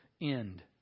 end